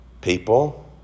People